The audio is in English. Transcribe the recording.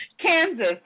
Kansas